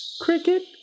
Cricket